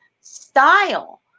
style